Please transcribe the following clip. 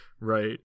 right